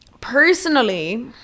personally